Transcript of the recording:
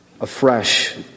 afresh